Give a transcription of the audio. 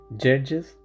Judges